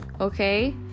Okay